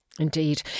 Indeed